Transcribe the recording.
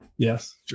Yes